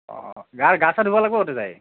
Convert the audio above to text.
অঁ গা গা চা ধুব লাগিব তাতে যাই